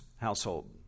household